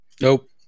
Nope